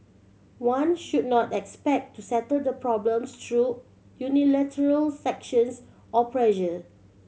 one should not expect to settle the problems through unilateral sanctions or pressure